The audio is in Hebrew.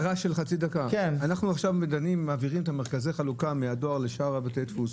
אנחנו דנים עכשיו על העברת מרכזי החלוקה מהדואר לשאר בתי הדפוס.